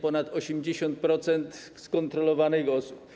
To ponad 80% skontrolowanych osób.